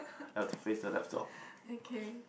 I have to face the laptop